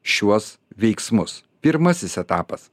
šiuos veiksmus pirmasis etapas